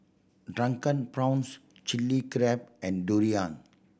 Drunken Prawns Chili Crab and durian